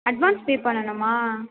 advance pay பண்ணனும்மா